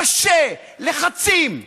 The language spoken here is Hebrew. קשה, לחצים,